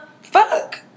fuck